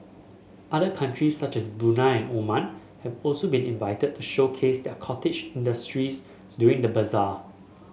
other countries such as Brunei Oman have also been invited to showcase their cottage industries during the bazaar